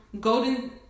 Golden